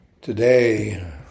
today